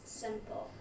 simple